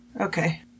Okay